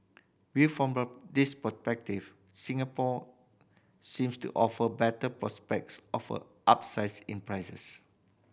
viewed from Singapore seems to offer better prospects of a upsides in prices